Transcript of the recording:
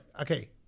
okay